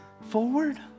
forward